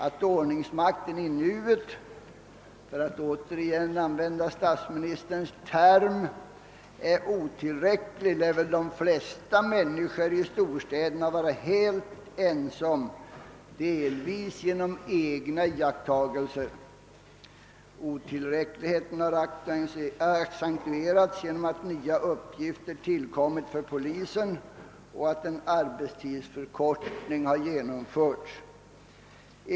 Att ordningsmakten i nuet — för att återigen använda statsministerns term — är otillräcklig bör väl de flesta människor i storstäderna vara helt ense om, delvis genom egna iakttagelser. Otillräckligheten har accentuerats genom att nya uppgifter tillkommit för polisen och genom att en arbetstidsförkortning genomförts.